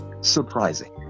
surprising